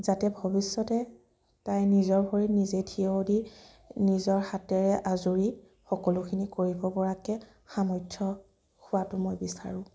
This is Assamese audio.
যাতে ভৱিষ্যতে তাই নিজৰ ভৰিত নিজে থিয় দি নিজৰ হাতেৰে আজোৰি সকলোখিনি কৰিব পৰাকে সামৰ্থ্য হোৱাটো মই বিচাৰোঁ